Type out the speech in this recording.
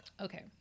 Okay